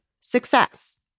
Success